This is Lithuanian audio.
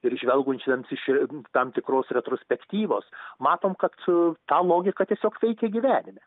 ir žvelgentiems iš tam tikros retrospektyvos matom kad ta logika tiesiog veikia gyvenime